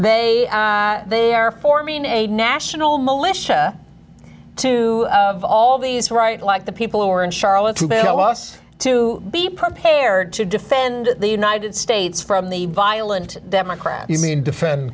they they are forming a national militia to have all these right like the people who are in charlotte no us to be prepared to defend the united states from the violent democrat you mean defend